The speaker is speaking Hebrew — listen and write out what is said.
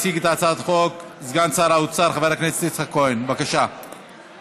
הצעת החוק עברה בקריאה ראשונה ותעבור להמשך הכנתה